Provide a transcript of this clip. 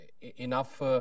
enough